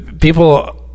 people